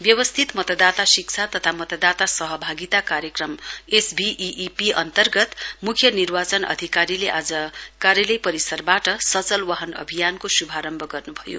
व्यवस्थित मतदाता शिक्षा तथा मतदाता सहभागिता कार्यक्रम एसभीईईपी अन्तर्गत मुख्य निर्वाचन अधिकारीले आज कार्यालय परिसरबाट सचल वाहन अभियानको श्भारम्भ गर्नुभयो